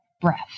breath